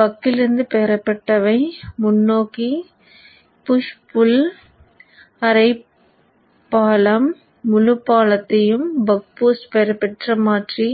பக்கிலிருந்து பெறப்பட்டவை முன்னோக்கி push pull அரை பாலம் முழு பாலத்தையும் பக் பூஸ்ட் பெறப்பட்ட மாற்றி